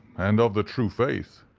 and of the true faith.